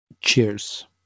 Cheers